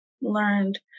learned